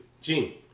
Gene